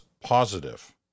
positive